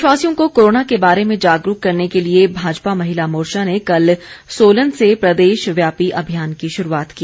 प्रदेशवासियों को कोरोना के बारे में जागरूक करने के लिए भाजपा महिला मोर्चा ने कल सोलन से प्रदेशव्यापी अभियान की शुरूआत की